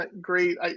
great